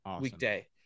weekday